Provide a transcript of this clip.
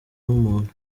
w’umuntu